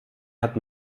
hat